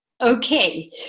Okay